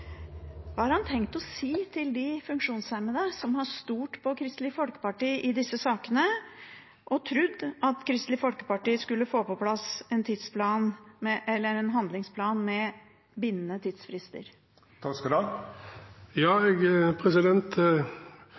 har han tenkt å si til de funksjonshemmede som har stolt på Kristelig Folkeparti i disse sakene og trodd at Kristelig Folkeparti skulle få på plass en handlingsplan med bindende tidsfrister?